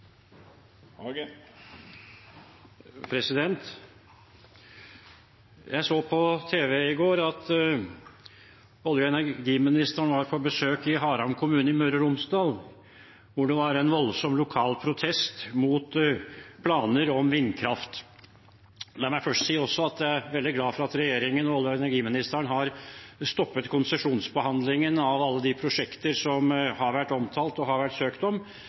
går at olje- og energiministeren var på besøk i Haram kommune i Møre og Romsdal, hvor det var en voldsom lokal protest mot planer om vindkraft. La meg først si at jeg er veldig glad for at regjeringen og olje- og energiministeren har stoppet konsesjonsbehandlingen av alle de prosjekter som har vært omtalt, som har vært søkt om,